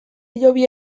hilobi